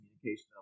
communication